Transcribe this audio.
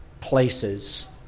places